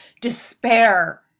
despair